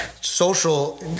social